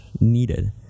needed